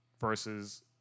versus